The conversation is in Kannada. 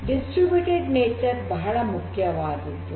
ವಿತರಿಸಿದ ಪ್ರಕೃತಿ ಬಹಳ ಪ್ರಮುಖವಾದದ್ದು